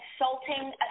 insulting